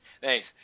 Thanks